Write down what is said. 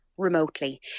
remotely